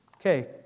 Okay